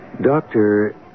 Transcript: Doctor